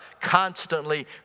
constantly